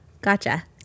Gotcha